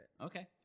Okay